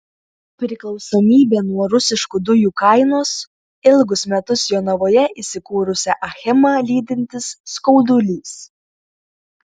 priklausomybė nuo rusiškų dujų kainos ilgus metus jonavoje įsikūrusią achemą lydintis skaudulys